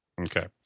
Okay